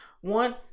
One